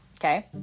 okay